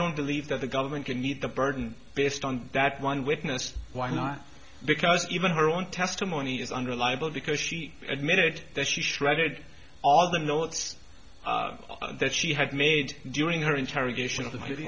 don't believe that the government can meet the burden based on that one witness why not because even her own testimony is unreliable because she admitted that she shredded all the notes that she had made during her interrogation of the